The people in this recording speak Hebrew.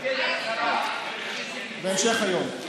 בהמשך היום.